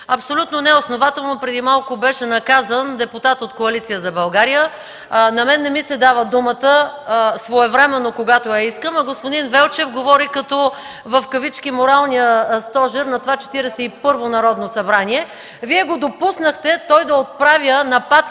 Абсолютно неоснователно преди малко беше наказан депутат от Коалиция за България, на мен не ми се дава думата своевременно, когато я искам, а господин Велчев говори като „моралния стожер” на това Четиридесет и първо Народно събрание. Вие го допуснахте той да отправя нападки